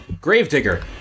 Gravedigger